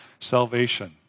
salvation